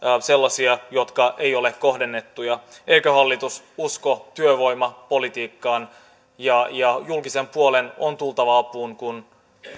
sellaisia jotka olisivat kohdennettuja eikö hallitus usko työvoimapolitiikkaan julkisen puolen on tultava apuun kun